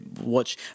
Watch